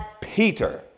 Peter